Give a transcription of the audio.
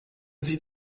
sie